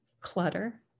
clutter